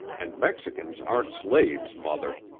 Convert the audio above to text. and mexicans aren't slaves, mother.